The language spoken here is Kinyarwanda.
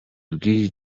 bw’iyi